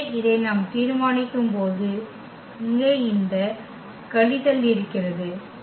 எனவே இதை நாம் தீர்மானிக்கும்போது இங்கே இந்த கழித்தல் இருக்கிறது